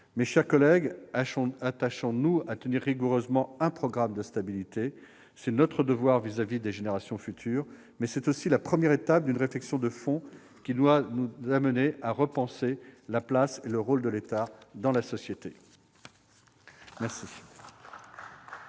Mes chers collègues, attachons-nous à tenir rigoureusement un programme de stabilité. C'est notre devoir à l'égard des générations futures. Mais c'est aussi la première étape d'une réflexion de fond, qui doit nous amener à repenser la place et le rôle de l'État dans la société. La